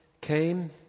came